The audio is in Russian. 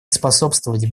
способствовать